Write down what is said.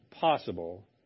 possible